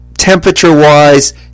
Temperature-wise